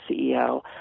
CEO